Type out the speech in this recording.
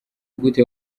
gute